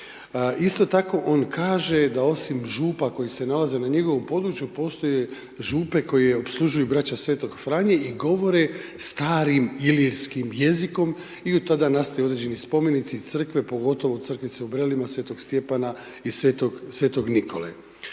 Isto tako on kaže da osim Župa koje se nalaze na njegovom području, postoje Župe koje opslužuju Braća Svetog Franje i govore starim ilirskih jezikom i u tada nastaju određeni spomenici i Crkve, pogotovo crkvice u Brelima Svetog Stjepana i Svetog Nikole.